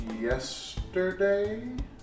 yesterday